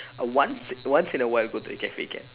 uh once once in a while go to the cafe can